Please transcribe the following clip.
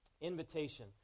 invitation